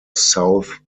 south